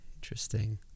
interesting